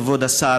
כבוד השר,